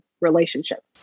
relationship